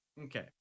okay